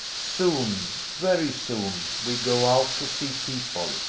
soon, very soon, we go out to see people,